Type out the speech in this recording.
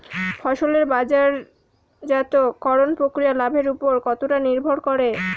ফসলের বাজারজাত করণ প্রক্রিয়া লাভের উপর কতটা নির্ভর করে?